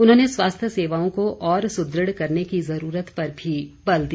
उन्होंने स्वास्थ्य सेवाओं को और सुदृढ़ करने की ज़रूरत पर भी बल दिया